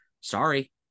Sorry